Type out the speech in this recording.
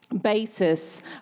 basis